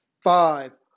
five